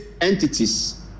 entities